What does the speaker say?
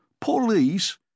Police